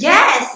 Yes